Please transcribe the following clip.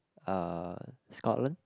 uh Scotland